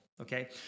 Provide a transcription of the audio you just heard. Okay